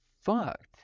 fucked